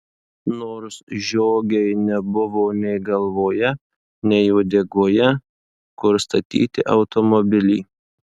nors žiogei nebuvo nei galvoje nei uodegoje kur statyti automobilį